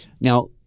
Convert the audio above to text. Now